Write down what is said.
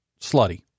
Slutty